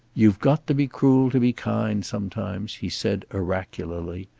you've got to be cruel to be kind, sometimes, he said oracularly.